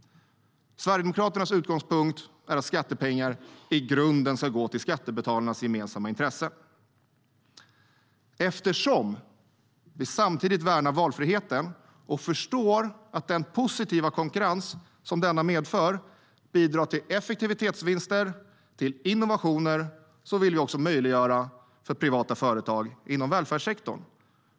Sverigedemokraternas utgångspunkt är att skattepengar i grunden ska gå till skattebetalarnas gemensamma intressen. Eftersom vi samtidigt värnar valfriheten och förstår att den positiva konkurrens som denna medför bidrar till effektivitetsvinster och innovationer vill vi också möjliggöra för privata företag inom välfärdssektorn.